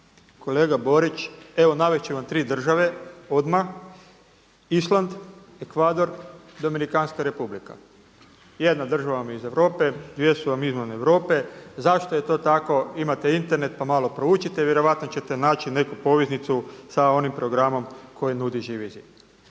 Kolega Borić, evo navest ću vam tri država odmah. Island, Ekvador, Dominikanska Republika. Jedna država vam je iz Europe, dvije su vam izvan Europe. Zašto je to tako? Imate Internet pa malo proučite. Vjerojatno ćete naći neku poveznicu sa onim programom koji nudi Živi zid.